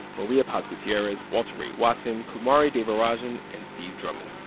maria paz gutierrez, walter ray watson, kumari devarajan and steve drummond.